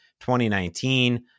2019